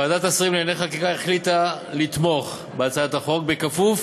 שוועדת השרים לענייני חקיקה החליטה לתמוך בהצעת החוק בכפוף